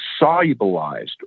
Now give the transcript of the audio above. solubilized